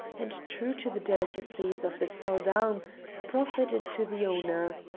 and true to the delicacies of the salle-d'armes, proffered it to the owner.